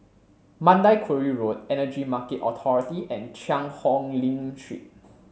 Mandai Quarry Road Energy Market Authority and Cheang Hong Lim Street